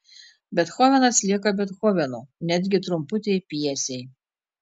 bethovenas lieka bethovenu netgi trumputėj pjesėj